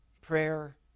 prayer